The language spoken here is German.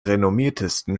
renommiertesten